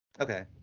Okay